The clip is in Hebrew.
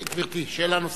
גברתי, שאלה נוספת.